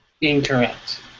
Incorrect